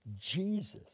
Jesus